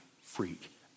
freak